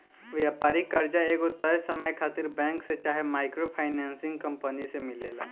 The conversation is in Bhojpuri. व्यापारिक कर्जा एगो तय समय खातिर बैंक से चाहे माइक्रो फाइनेंसिंग कंपनी से मिलेला